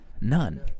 none